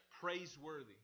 praiseworthy